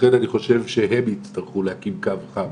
ולכן אני חושב שהם יצטרכו להקים קו חם,